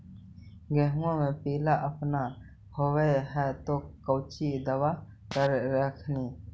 गोहुमा मे पिला अपन होबै ह तो कौची दबा कर हखिन?